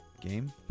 game